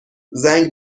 زنگ